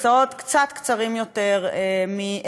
מסעות קצת קצרים יותר מאירופה.